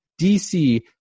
DC